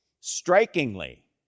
Strikingly